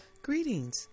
Greetings